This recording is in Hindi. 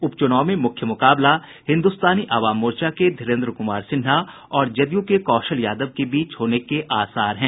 उपचुनाव में मुख्य मुकाबला हिन्दुस्तानी अवाम मोर्चा के धीरेन्द्र कुमार सिन्हा और जदयू के कौशल यादव के बीच होने के आसार हैं